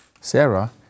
Sarah